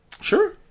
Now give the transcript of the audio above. Sure